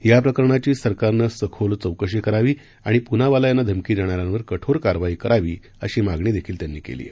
या प्रकरणाची सरकार ने सखोल चौकशी करावी आणि पूनावाला यांना धमकी देणाऱ्यांवर कठोर कारवाई करावी अशी मागणी त्यांनी केली आहे